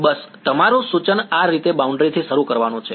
બસ તમારું સૂચન આ રીતે બાઉન્ડ્રી થી શરૂ કરવાનું છે